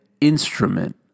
instrument